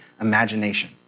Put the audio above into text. imagination